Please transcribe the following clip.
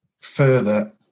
further